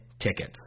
tickets